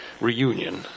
reunion